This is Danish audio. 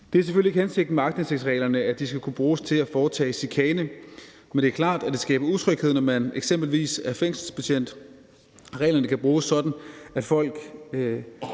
Det er selvfølgelig ikke hensigten med aktindsigtsreglerne, at de skal kunne bruges til at foretage chikane, men det er klart, at det skaber utryghed, når man eksempelvis er fængselsbetjent, og reglerne kan bruges af folk